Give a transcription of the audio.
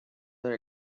are